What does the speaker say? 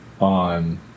on